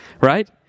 right